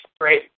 great